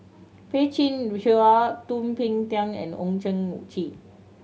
Peh Chin Hua Thum Ping Tjin and Owyang Chi